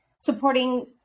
supporting